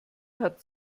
hat